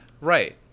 Right